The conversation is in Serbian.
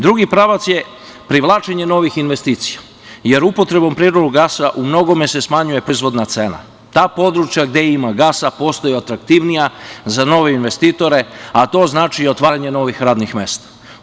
Drugi pravac je privlačenje novih investicija, jer upotrebom prirodnog gasa u mnogome se smanjuje proizvodna cena, ta područja gde ima gasa postaju atraktivnija za nove investitore, a to znači otvaranje novih radnih mesta.